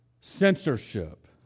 Censorship